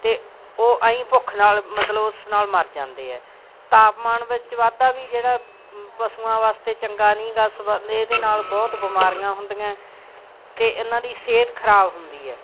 ਅਤੇ ਉਹ ਐਂ ਹੀ ਭੁੱਖ ਨਾਲ ਮਤਲਬ ਉਸ ਨਾਲ ਮਰ ਜਾਂਦੇ ਹੈ ਤਾਪਮਾਨ ਵਿੱਚ ਵਾਧਾ ਵੀ ਜਿਹੜਾ ਪਸ਼ੂਆਂ ਵਾਸਤੇ ਚੰਗਾ ਨਹੀਂ ਗਾ ਸਮਾ ਇਹਦੇ ਨਾਲ ਬਹੁਤ ਬਿਮਾਰੀਆਂ ਹੁੰਦੀਆਂ ਅਤੇ ਇਹਨਾਂ ਦੀ ਸਿਹਤ ਖਰਾਬ ਹੁੰਦੀ ਹੈ